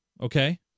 Okay